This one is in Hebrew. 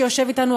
שיושב אתנו,